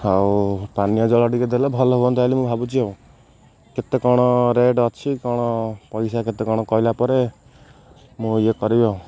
ଆଉ ପାନୀୟ ଜଳ ଟିକେ ଦେଲେ ଭଲ ହୁଅନ୍ତା ବୋଲି ମୁଁ ଭାବୁଛି ଆଉ କେତେ କ'ଣ ରେଟ୍ ଅଛି କ'ଣ ପଇସା କେତେ କ'ଣ କହିଲା ପରେ ମୁଁ ଇଏ କରିବି ଆଉ